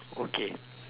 okay